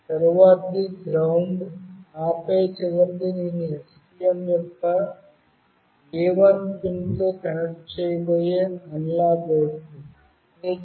తరువాతిది GND ఆపై చివరిది నేను STM యొక్క A1 పిన్తో కనెక్ట్ చేయబోయే అనలాగ్ అవుట్పుట్